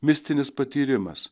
mistinis patyrimas